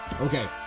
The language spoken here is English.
okay